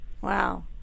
Wow